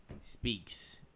speaks